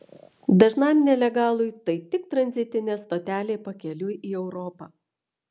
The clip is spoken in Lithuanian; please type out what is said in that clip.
dažnam nelegalui tai tik tranzitinė stotelė pakeliui į europą